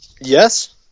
Yes